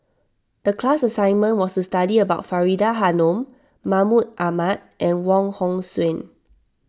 the class assignment was to study about Faridah Hanum Mahmud Ahmad and Wong Hong Suen